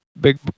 big